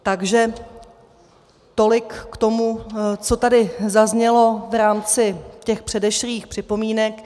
Takže tolik k tomu, co tady zaznělo v rámci těch předešlých připomínek.